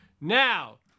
Now